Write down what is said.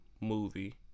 movie